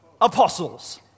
apostles